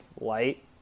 light